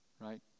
Right